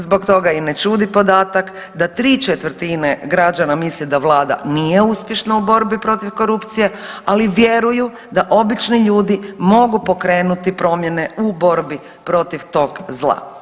Zbog toga i ne čudi podatak da 3/4 građana misli da vlada nije uspješna u borbi protiv korupcije ali vjeruju da obični ljudi mogu pokrenuti promjene u borbi protiv tog zla.